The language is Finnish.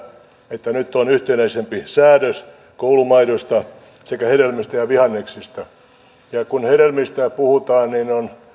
että nyt on yhtenäisempi säädös koulumaidosta sekä hedelmistä ja ja vihanneksista ja on